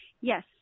Yes